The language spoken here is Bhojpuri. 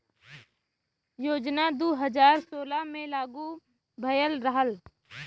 योजना दू हज़ार सोलह मे लागू भयल रहल